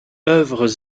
œuvres